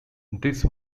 this